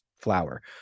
flower